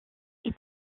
est